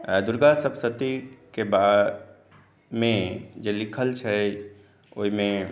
दुर्गासप्तशती के बारे मे जे लिखल छै ओहिमे